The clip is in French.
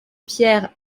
pierre